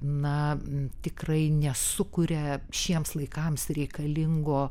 na tikrai nesukuria šiems laikams reikalingo